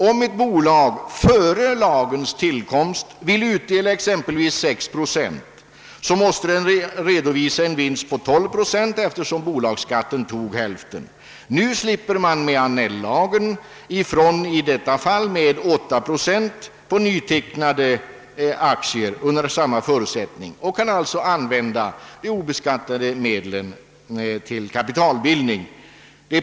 Om ett bolag före lagens tillkomst ville utdela exempelvis 6 procent måste det redovisa en vinst på 12 procent eftersom bolagsskatten tog hälften. Nu slipper man i detta fall genom Annelllagen ifrån med 8 procent på nytecknade aktier under samma förutsättning, varvid de obeskattade medlen kan användas till kapitalbildning.